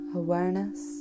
awareness